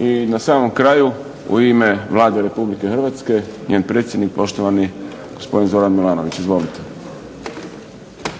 I na samom kraju u ime Vlade Republike Hrvatske, njen predsjednik poštovani gospodin Zoran Milanović. Izvolite.